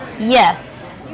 Yes